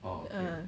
ah